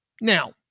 now